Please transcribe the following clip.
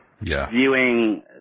viewing